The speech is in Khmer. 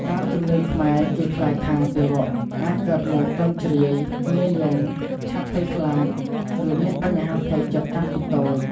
តាមជំនឿខ្មែរ គេខ្លាចថាទារកអាចកើតមកទន់ជ្រាយ ងាយយំ ឆាប់ភ័យខ្លាច ឬមានបញ្ហាផ្លូវចិត្តតាំងពីតូច។